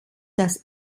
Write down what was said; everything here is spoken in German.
das